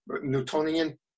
Newtonian